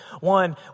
one